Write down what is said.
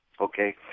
Okay